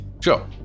Sure